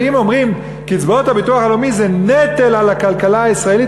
שאם אומרים קצבאות הביטוח הלאומי זה נטל על הכלכלה הישראלית,